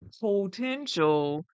potential